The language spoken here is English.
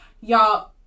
Y'all